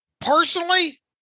personally